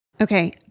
Okay